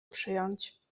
przyjąć